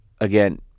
again